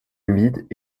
humides